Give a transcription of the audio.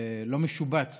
והתפשטות נגיף הקורונה,